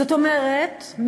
זאת אומרת,